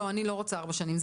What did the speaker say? לא, אני לא רוצה ארבע שנים.